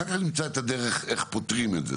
אחר כך נמצא את הדרך לפתור את זה,